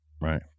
Right